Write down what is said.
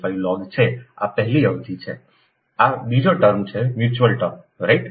4605 લોગ છે આ પહેલી અવધિ છે આ બીજી ટર્મ છે મ્યુચ્યુઅલ ટર્મ રાઇટ